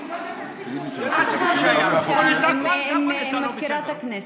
זה לא הסיכום שהיה, גם כבוד השר לא בסדר.